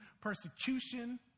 persecution